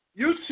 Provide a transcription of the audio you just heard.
YouTube